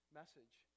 message